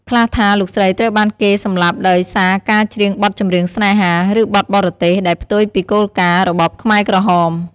ខ្លះថា លោកស្រីត្រូវបានគេសម្លាប់ដោយសារការច្រៀងបទចម្រៀងស្នេហា ឬបទបរទេស ដែលផ្ទុយពីគោលការណ៍របបខ្មែរក្រហម។